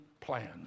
plan